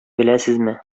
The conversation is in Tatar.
беләсезме